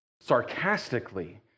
sarcastically